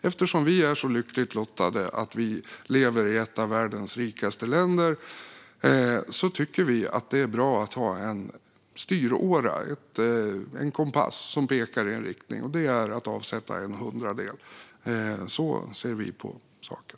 Eftersom vi är så lyckligt lottade att vi lever i ett av världens rikaste länder tycker vi att det är bra att ha en styråra och en kompass som pekar i en viss riktning. Därför avsätter vi en hundradel. Så ser vi på saken.